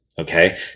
okay